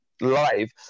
live